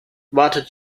wartet